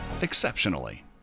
exceptionally